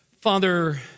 Father